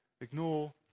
ignore